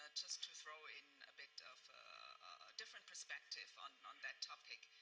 ah just to throw in a bit of a different perspective on on that topic.